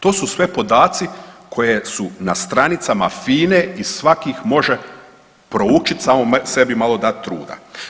To su sve podaci koje su na stranicama FINE i svak ih može proučit samo sebi malo dat truda.